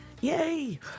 Yay